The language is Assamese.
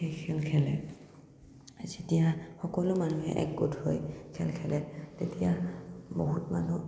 হৈ খেল খেলে যেতিয়া সকলো মানুহে একগোট হৈ খেল খেলে তেতিয়া বহুত মানুহ